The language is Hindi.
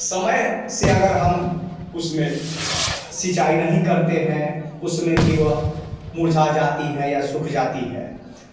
समय से अगर हम उसमें सिंचाई नहीं करते हैं तो उसमें भी वह मुरझा जाती है या सूख जाती है